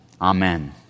Amen